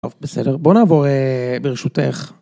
בסדר בוא נעבור ברשותך.